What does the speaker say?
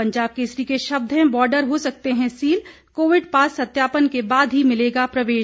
पंजाब केसरी के शब्द हैं बॉर्डर हो सकते हैं सील कोविड पास सत्यापन के बाद ही मिलेगा प्रवेश